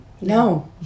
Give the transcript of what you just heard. No